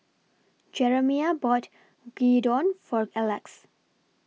Jeremiah bought Gyudon For Alex